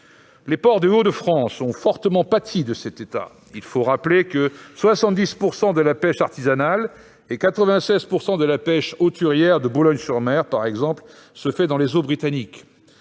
Les ports des Hauts-de-France ont fortement pâti de cette situation. Il faut rappeler que 70 % de la pêche artisanale et 96 % de la pêche hauturière de Boulogne-sur-Mer, par exemple, se font dans les eaux britanniques.